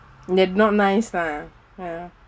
they not nice lah ya